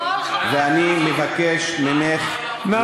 ואני מבקש ממך לחזור בך,